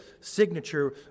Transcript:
signature